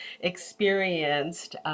experienced